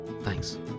Thanks